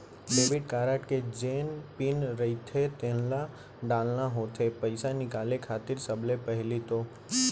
debit card के जेन pin रहिथे तेन ल डालना होथे पइसा निकाले खातिर सबले पहिली तो